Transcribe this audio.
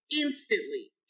instantly